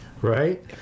right